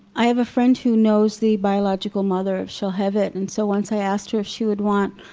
i have a friend who knows the biological mother of shalhevet. and so once i asked her if she would want